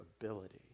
ability